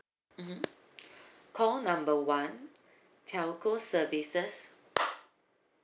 mmhmm call number one telco services